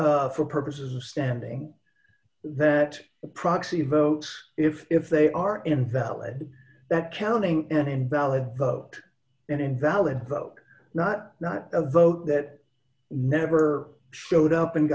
for purposes of standing that proxy votes if they are invalid that counting an invalid vote an invalid vote not not a vote that never showed up and